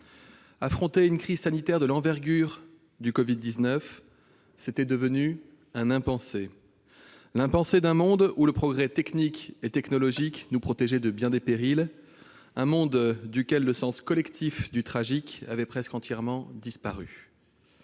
Affronter une crise sanitaire de l'envergure de celle provoquée par le Covid-19 était devenu un impensé, l'impensé d'un monde où le progrès technique et technologique nous protégeait de bien des périls, d'un monde où le sens collectif du tragique avait presque entièrement disparu.